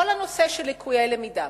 כל הנושא של לקויי למידה,